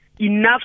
enough